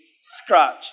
scratch